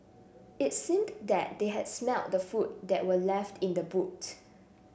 it seemed that they had smelt the food that were left in the boot